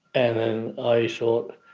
and then i thought,